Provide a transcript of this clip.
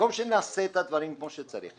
במקום שנעשה את הדברים כמו שצריך,